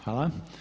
Hvala.